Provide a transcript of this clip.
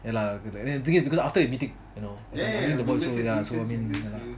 ya lah after everything you know me and the boys so ya I mean